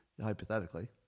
hypothetically